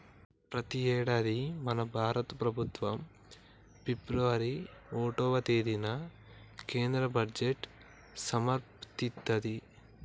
ప్రతి యేడాది మన భారత ప్రభుత్వం ఫిబ్రవరి ఓటవ తేదిన కేంద్ర బడ్జెట్ సమర్పిత్తది